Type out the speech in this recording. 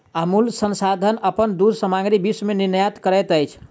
अमूल संस्थान अपन दूध सामग्री विश्व में निर्यात करैत अछि